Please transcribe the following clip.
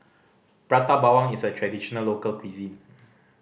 Prata Bawang is a traditional local cuisine